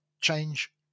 change